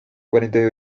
cuarenta